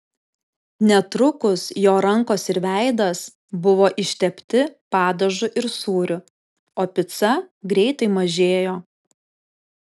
netrukus jo rankos ir veidas buvo ištepti padažu ir sūriu o pica greitai mažėjo